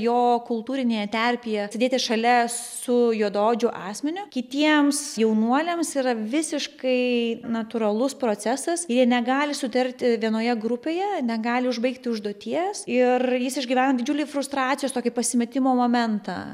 jo kultūrinėje terpėje sėdėti šalia su juodaodžiu asmeniu kitiems jaunuoliams yra visiškai natūralus procesas ir jie negali sutart vienoje grupėje negali užbaigti užduoties ir jis išgyvena didžiulį frustracijos tokį pasimetimo momentą